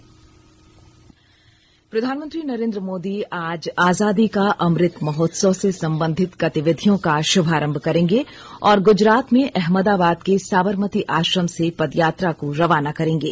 प्रधानमंत्री अमृत महोत्सव प्रधानमंत्री नरेन्द्र मोदी आज आजादी का अमृत महोत्सव से संबंधित गतिविधियों का शुभारंभ करेंगे और गुजरात में अहमदाबाद के साबरमती आश्रम से पदयात्रा को रवाना करेंगे